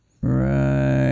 right